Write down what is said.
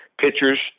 pitchers